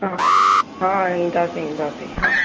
हा हा ईंदासीं ईंदासीं हा